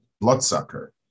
bloodsucker